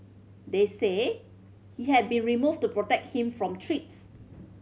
they say he had been removed to protect him from treats